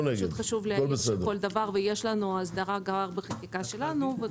יש לנו הסדרה בחקיקה שלנו.